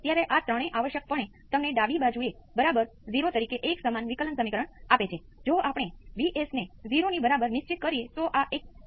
તેથી રસપ્રદ બાબત એ છે કે હવે ચાલો કહીએ કે આ 1 છે અને આ j છે હું V p cos ω t ϕ j × V p sign ω t ϕ લઈશ આ બધું તમારા મગજમાં છે